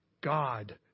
God